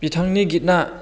बिथांनि गितना